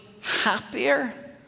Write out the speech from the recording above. happier